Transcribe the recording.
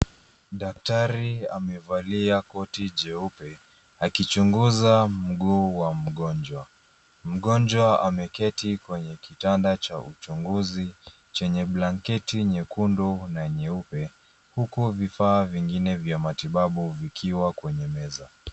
Daktari amevalia koti jeupe akichunguza mguu wa mgonjwa. Mgonjwa ameketi kwenye kitanda cha uchunguzi chenye blanketi nyekundu na nyeupe huku vifaa vingine vya matibabu vikiwa kwenye meza.